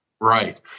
Right